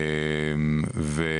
מבחינתי.